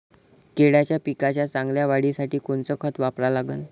केळाच्या पिकाच्या चांगल्या वाढीसाठी कोनचं खत वापरा लागन?